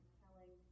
telling